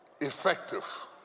Effective